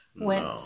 went